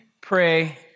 pray